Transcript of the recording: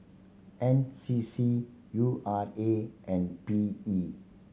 N C C U R A and P E